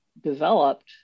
developed